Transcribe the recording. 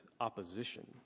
opposition